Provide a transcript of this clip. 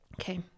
okay